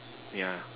yeah